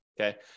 okay